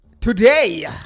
Today